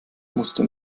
musste